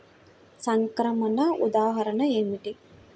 సంక్రమణ ఉదాహరణ ఏమిటి?